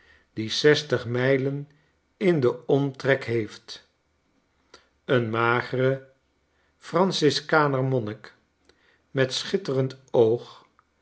die zestig mijlen in den omtrek heeft een magere franciskaner monnik metschitterend oog